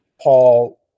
Paul